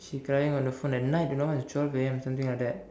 she crying on the phone at night you know it was like twelve A M something like that